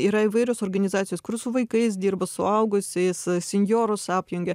yra įvairios organizacijos kur su vaikais dirba suaugusiais sinjorus apjungia